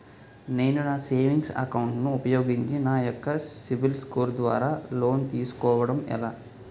నేను నా savings account ను ఉపయోగించి నా యెక్క సిబిల్ స్కోర్ ద్వారా లోన్తీ సుకోవడం ఎలా?